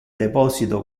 deposito